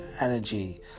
energy